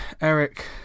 Eric